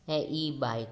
ऐं e bike